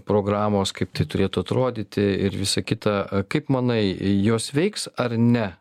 programos kaip tai turėtų atrodyti ir visa kita kaip manai jos veiks ar ne